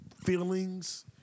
feelings